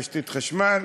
תשתית חשמל,